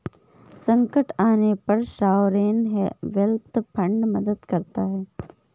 संकट आने पर सॉवरेन वेल्थ फंड मदद करता है